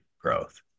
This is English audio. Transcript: growth